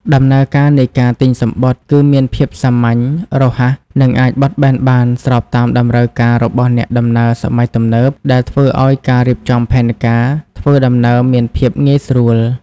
ដំណើរការនៃការទិញសំបុត្រគឺមានភាពសាមញ្ញ រហ័ស និងអាចបត់បែនបាន ស្របតាមតម្រូវការរបស់អ្នកដំណើរសម័យទំនើប ដែលធ្វើឱ្យការរៀបចំផែនការធ្វើដំណើរមានភាពងាយស្រួល។